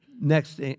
Next